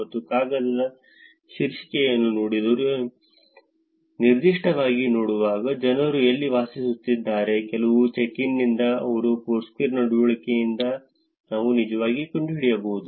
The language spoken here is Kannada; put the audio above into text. ಮತ್ತು ಕಾಗದದ ಶೀರ್ಷಿಕೆಯನ್ನು ನೀಡಿದರೆ ನಿರ್ದಿಷ್ಟವಾಗಿ ನೋಡುವಾಗ ಜನರು ಎಲ್ಲಿ ವಾಸಿಸುತ್ತಿದ್ದಾರೆ ಕೇವಲ ಚೆಕ್ ಇನ್ನಿಂದ ಅವರ ಫೋರ್ಸ್ಕ್ವೇರ್ ನಡವಳಿಕೆಯಿಂದ ನಾವು ನಿಜವಾಗಿ ಕಂಡುಹಿಡಿಯಬಹುದು